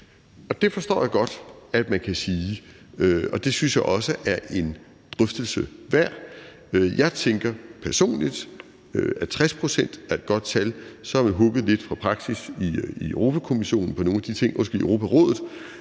Det forstår jeg godt man kan sige, og det synes jeg også er en drøftelse værd. Jeg tænker personligt, at 60 pct. er et godt tal – så har man hugget lidt fra praksis i Europarådet, hvad angår nogle af de beslutninger, der